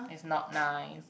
is not nice